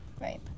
Right